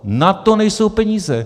Na to nejsou peníze.